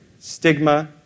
stigma